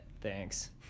thanks